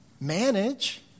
manage